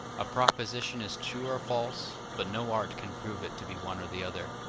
a proposition is true or false, but no art can prove it to be one or the other,